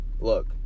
look